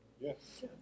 Yes